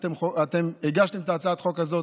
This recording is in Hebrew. אתם הגשתם את הצעת החוק הזאת,